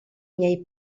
miei